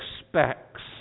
expects